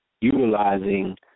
utilizing